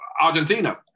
Argentina